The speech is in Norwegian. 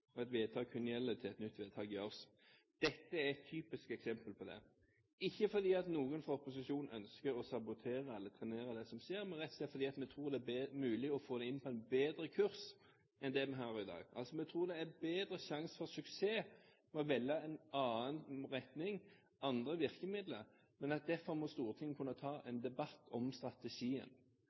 for et vedtak gjelder kun til et nytt vedtak gjøres. Dette er et typisk eksempel på det – ikke fordi noen fra opposisjonen ønsker å sabotere eller trenere det som skjer, men rett og slett fordi vi tror det er mulig å få det inn på en bedre kurs enn den vi har i dag. Vi tror det er større sjanser for suksess ved å velge en annen retning, andre virkemidler. Derfor må Stortinget kunne ta en debatt om strategien.